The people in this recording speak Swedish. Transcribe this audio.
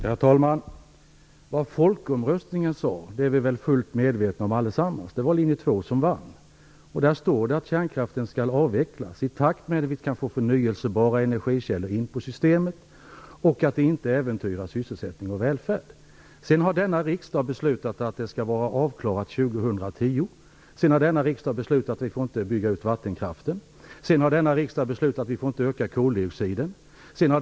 Herr talman! Vad som sades i folkomröstningen är vi väl alla fullt medvetna om. Det var linje 2 som vann. Det sades då att kärnkraften skall avvecklas i takt med att vi kan få förnyelsebara energikällor in i systemet och att det inte äventyrar sysselsättning och välfärd. Sedan har riksdagen beslutat att det skall vara avklarat 2010. Sedan har riksdagen beslutat att vi inte får bygga ut vattenkraften. Sedan har riksdagen beslutat att vi inte får öka koldioxidutsläppen.